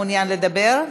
אתה מעוניין לחזור?